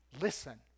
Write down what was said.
listen